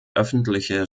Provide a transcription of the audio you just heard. öffentliche